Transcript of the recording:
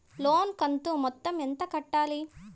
లోను కంతు మొత్తం ఎంత కట్టాలి?